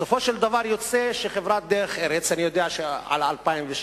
בסופו של דבר יוצא שחברת "דרך ארץ" אני יודע על 2007,